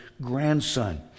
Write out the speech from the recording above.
grandson